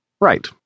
Right